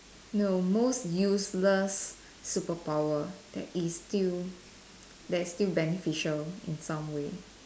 no most useless superpower that is still that is still beneficial in some way